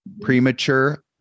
premature